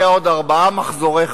גם אם תחיה עוד ארבעה מחזורי חיים,